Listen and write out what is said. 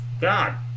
God